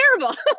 terrible